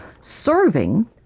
serving